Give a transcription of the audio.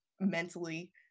mentally